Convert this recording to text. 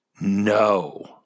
No